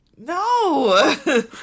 No